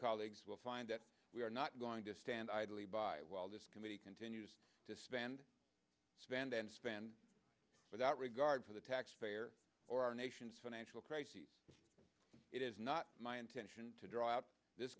colleagues will find that we are not going to stand idly by while this committee continues to spend spend and spend without regard for the taxpayer or our nation's financial crises it is not my intention to dry out this